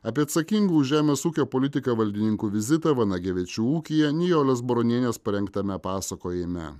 apie atsakingų už žemės ūkio politiką valdininkų vizitą vanagevičių ūkyje nijolės baronienės parengtame pasakojime